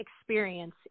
experience